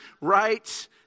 right